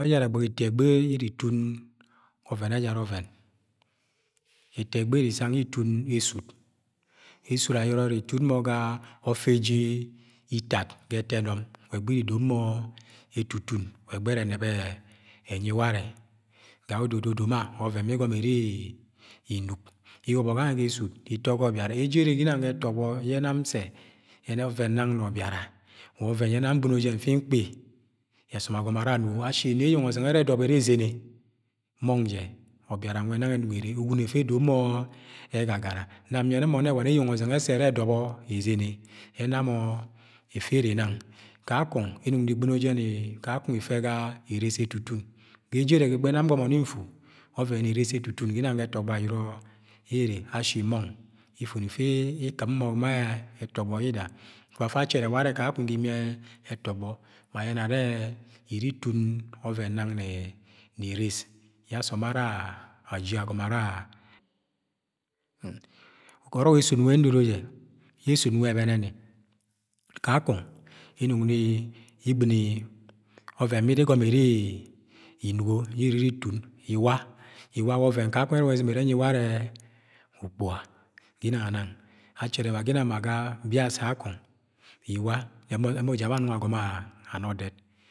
. Egbẹsghẹ ejara egbẹghe ito egbẹghe yẹ iri itun ọvẹn ejara ọvẹn Ito ẹgbẹghẹ ye iri isang yẹ itun esud Esud ayọrọ iri itun ga ọfẹ itad ga ẹtọ enọm wa egbẹghẹ yẹ iri idomo etutun wa egbeshe ere eneb ẹnyi wara ga yẹ odo do doma wa oven ye iri igomo inuk,. iwọbọ gange ga esud, itọ ga ọbiara. Ejere ginang ga ẹtogbọ ye nam nsẹ nyẹnẹ oven nang na ọbiara wa ọven yẹ nam ọgbɨ̃no jẹn nfi nkpi asọm agomo ara anugo ashi nẹ eyeng ozẹng ẹre edobo ere ezene, mọng jẹ ọbiara nwẹ nang ẹnong ere uwuno ẹfe edom mo ẹgagara nam nyẹnẹ mọ nnẹ wa ne eyeng ozeng ẹsẹ ẹrẹ edọ bọ ezẹng ye ẹna mọ ẹfẹere nang. kakong inong ni igɨ̃no jẹn kakong. Ife ga erisi etutun ga ejere ga egheshe nam ngọmọ. Nni nfu, ọvẹn nang na erisi etutun ginang ga ẹtọgbọ ayọrọ ere ashi mong ifuni iti ikɨ̃p mo ma etọgbọ yida afu afa, acherẹ warẹ ginana ga imi ẹtọgbọ ma ayẹnẹ ere iri itun ọven nang na erisi yẹ asom ara aji agomọ ara? ga ọrọk esud ndoro jẹ, yẹ esud nwe ebẹ nẹ ni kakong inong nni igbini oven bida igomo iri inugo ye ire iri itun wa iwa. Iwa wa oven kakong ebọni izɨ̃m ere enyi ware ukpuga ginans anang a chạre ma ginang ga biase akong iwa emo ja mọ anọng a gọmo ana ọdẹt.